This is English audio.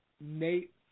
Nate